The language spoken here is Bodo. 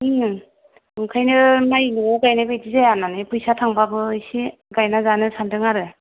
ओंखायनो माय न'याव गायनाय बादि जाया होनानै फैसा थांबाबो एसे गायना जानो सानदों आरो